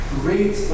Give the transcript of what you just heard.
great